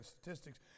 statistics